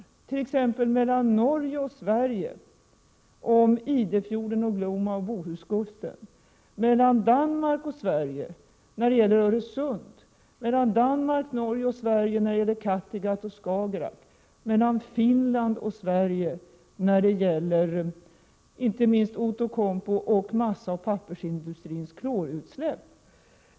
Det gäller t.ex. samarbete mellan Norge och Sverige om Idefjorden, Glomma och Bohuskusten, mellan Danmark och Sverige om Öresund, mellan Danmark, Norge och Sverige om Kattegatt och Skagerrak och mellan Finland och Sverige inte minst vad beträffar Outokumpu och massaoch pappersindustrins klorutsläpp.